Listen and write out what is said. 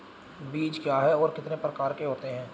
बीज क्या है और कितने प्रकार के होते हैं?